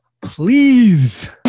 please